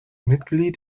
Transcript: mitglied